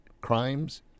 crimes